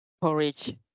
porridge